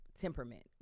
temperament